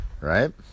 right